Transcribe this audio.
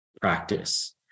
practice